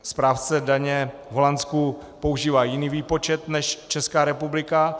Správce daně v Holandsku používá jiný výpočet než Česká republika.